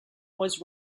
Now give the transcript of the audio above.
was